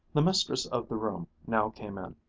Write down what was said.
the mistress of the room now came in.